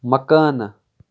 مکانہٕ